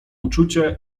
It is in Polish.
uczucie